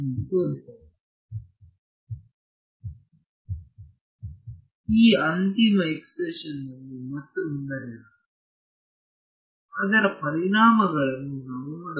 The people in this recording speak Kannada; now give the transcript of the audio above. ಈ ಅಂತಿಮ ಎಕ್ಸ್ಪ್ರೆಶನ್ಯನ್ನು ಮತ್ತೊಮ್ಮೆ ಬರೆಯೋಣ ಮತ್ತು ಅದರ ಪರಿಣಾಮಗಳನ್ನು ನಾವು ನೋಡಬಹುದು